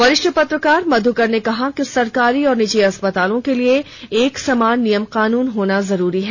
वरिष्ठ पत्रकार मध्यकर ने कहा कि सरकारी और निजी अस्पतालों के लिए एक समान नियम कानून होना जरुरी है